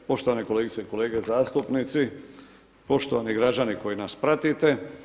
Poštovane kolegice i kolege zastupnici, poštovani građani koji nas pratite.